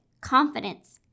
confidence